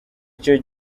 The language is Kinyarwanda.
icyo